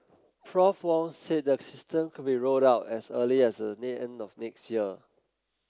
Prof Wong said the system could be rolled out as early as the end of next year